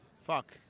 fuck